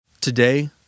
Today